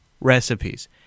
recipes